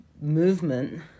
movement